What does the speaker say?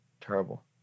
terrible